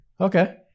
Okay